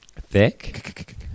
Thick